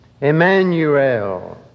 Emmanuel